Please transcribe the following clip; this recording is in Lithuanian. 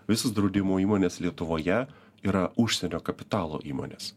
visos draudimo įmonės lietuvoje yra užsienio kapitalo įmonės